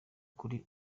kuri